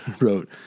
wrote